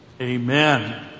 amen